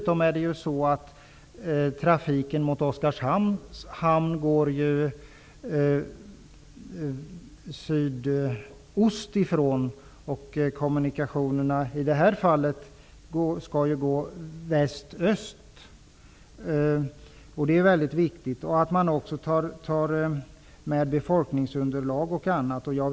Trafiken mot hamnen i Oskarshamn kommer från sydost. Kommunikationerna skall i det här fallet gå i öst-- västlig-riktning. Det är mycket viktigt. Man måste även ta hänsyn till befolkningsunderlaget.